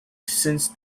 since